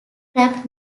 crab